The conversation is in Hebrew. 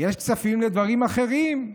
יש כספים לדברים אחרים.